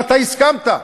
ואתה הסכמת,